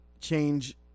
change